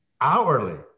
hourly